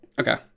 Okay